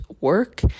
work